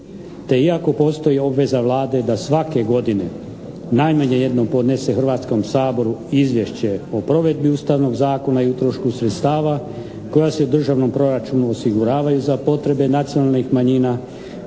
iako postoji obveza Vlade da svake godine najmanje jednog podnese Hrvatskom saboru izvješće o provedbi Ustavnog zakona i utrošku sredstava koja se u državnom proračunu osiguravaju za potrebe nacionalnih manjina,